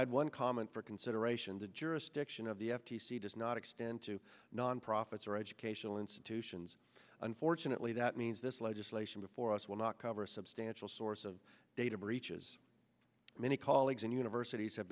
add one comment for consideration the jurisdiction of the f t c does not extend to nonprofits or educational institutions unfortunately that means this legislation before us will not cover a substantial source of data breaches many colleagues in universities have